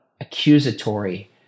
accusatory